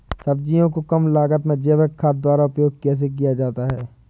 सब्जियों को कम लागत में जैविक खाद द्वारा उपयोग कैसे किया जाता है?